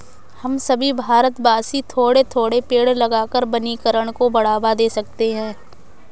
हम सभी भारतवासी थोड़े थोड़े पेड़ लगाकर वनीकरण को बढ़ावा दे सकते हैं